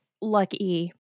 lucky